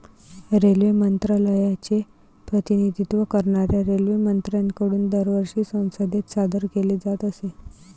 railway मंत्रालयाचे प्रतिनिधित्व करणाऱ्या रेल्वेमंत्र्यांकडून दरवर्षी संसदेत सादर केले जात असे